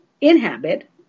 inhabit